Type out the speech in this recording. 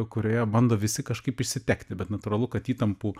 kurioje bando visi kažkaip išsitekti bet natūralu kad įtampų